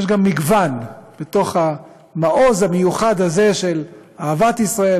יש גם מגוון בתוך המעוז המיוחד הזה של אהבת ישראל,